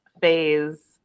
phase